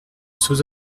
sous